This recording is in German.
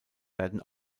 werden